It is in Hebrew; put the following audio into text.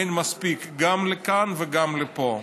אין מספיק גם לכאן וגם לפה.